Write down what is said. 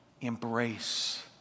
embrace